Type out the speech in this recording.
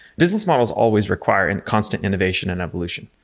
business models always requiring constant innovation and evolution.